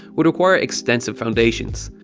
would require extensive foundations.